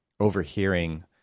overhearing